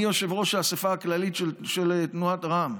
אני יושב-ראש האספה הכללית של תנועת רע"מ,